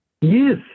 Yes